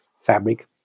fabric